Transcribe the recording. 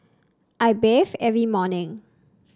I bathe every morning